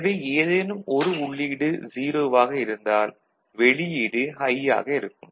எனவே ஏதேனும் ஒரு உள்ளீடு 0 ஆக இருந்தால் வெளியீடு ஹை ஆக இருக்கும்